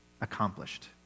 accomplished